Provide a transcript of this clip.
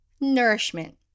nourishment